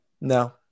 No